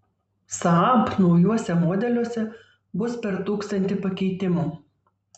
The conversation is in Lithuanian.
saab naujuose modeliuose bus per tūkstantį pakeitimų